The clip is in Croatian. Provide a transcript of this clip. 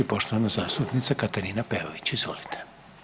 poštovana zastupnica Katarina Peović, izvolite.